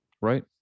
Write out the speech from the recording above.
right